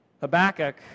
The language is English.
Habakkuk